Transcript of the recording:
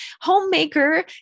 Homemaker